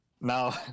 Now